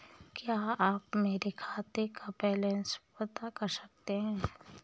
क्या आप मेरे खाते का बैलेंस बता सकते हैं?